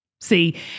See